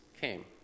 came